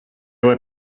were